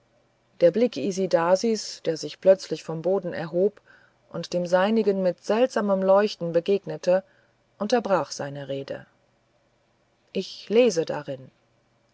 der blick isidasis der sich plötzlich vom boden erhob und dem seinigen mit seltsamem leuchten begegnete unterbrach seine rede ich lese darin